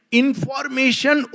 information